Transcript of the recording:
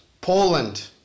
Poland